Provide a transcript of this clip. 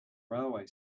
railway